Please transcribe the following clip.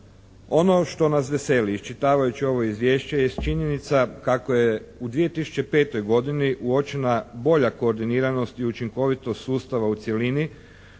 Ono što nas veseli iščitavajući ovo izvješće jest činjenica kako je u 2005. godini uočena bolja koordiniranost i učinkovitost sustava u cjelini,